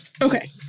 Okay